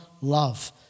love